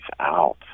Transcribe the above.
out